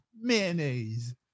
Mayonnaise